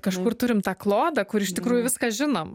kažkur turim tą klodą kur iš tikrųjų viską žinom